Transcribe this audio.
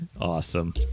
Awesome